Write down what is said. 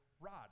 rod